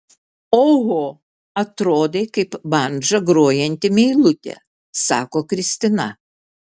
oho atrodai kaip bandža grojanti meilutė sako kristina